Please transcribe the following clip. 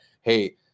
Hey